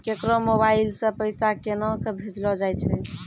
केकरो मोबाइल सऽ पैसा केनक भेजलो जाय छै?